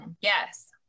Yes